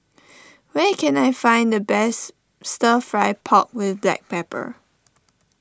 where can I find the best Stir Fry Pork with Black Pepper